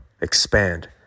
expand